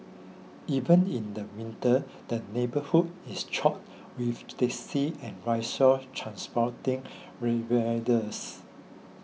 even in the winter the neighbourhood is choked with taxis and rickshaws transporting revellers